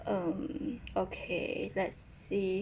um okay let's see